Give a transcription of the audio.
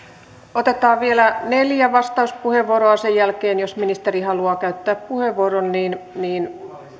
otetaan vielä neljä vastauspuheenvuoroa sen jälkeen jos ministeri haluaa käyttää puheenvuoron